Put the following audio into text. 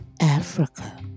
Africa